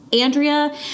Andrea